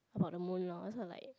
about the moon loh so I'm like